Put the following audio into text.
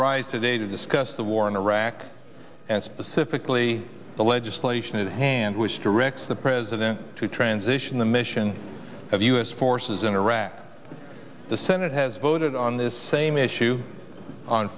rise today to discuss the war in iraq and specifically the legislation at hand which directs the president to transition the mission of u s forces in iraq the senate has voted on this same issue on